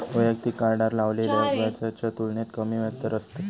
वैयक्तिक कार्डार लावलेल्या व्याजाच्या तुलनेत कमी व्याजदर असतत